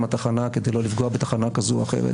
התחנה כדי לא לפגוע בתחנה כזו או אחרת